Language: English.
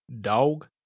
dog